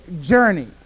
journey